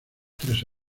tres